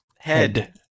Head